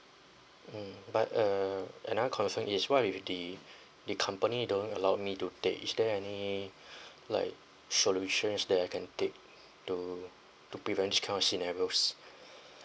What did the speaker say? mm but uh another concern is what if the the company don't allow me to take is there any like solutions that I can take to to prevent this kind of scenarios